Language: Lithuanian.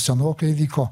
senokai vyko